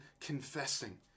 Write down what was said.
confessing